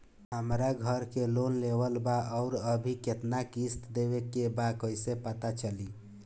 हमरा घर के लोन लेवल बा आउर अभी केतना किश्त देवे के बा कैसे पता चली?